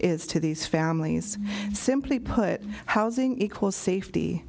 is to these families simply put housing equal safety